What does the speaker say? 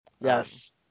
Yes